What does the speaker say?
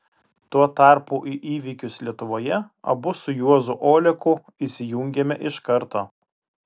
tuo tarpu į įvykius lietuvoje abu su juozu oleku įsijungėme iš karto